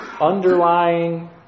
underlying